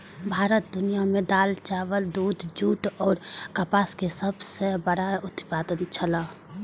भारत दुनिया में दाल, चावल, दूध, जूट और कपास के सब सॉ बड़ा उत्पादक छला